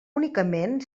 únicament